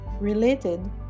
related